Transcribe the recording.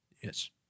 Yes